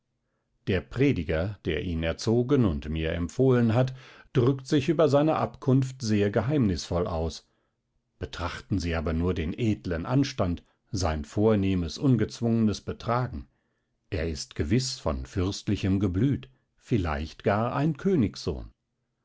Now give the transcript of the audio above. der prediger der ihn erzogen und mir empfohlen hat drückt sich über seine abkunft sehr geheimnisvoll aus betrachten sie aber nur den edlen anstand sein vornehmes ungezwungenes betragen er ist gewiß von fürstlichem geblüt vielleicht gar ein königssohn